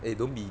eh don't be